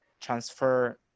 transfer